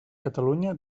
catalunya